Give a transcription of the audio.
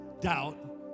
doubt